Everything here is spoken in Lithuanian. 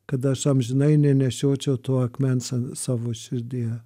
kad aš amžinai nenešiočiau to akmens an savo širdyje